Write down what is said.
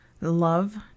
love